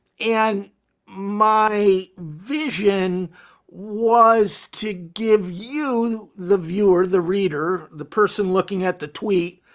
and my vision was to give you the viewer, the reader, the person looking at the tweet,